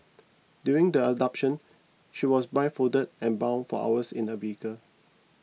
during the abduction she was blindfolded and bound for hours in a vehicle